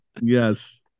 Yes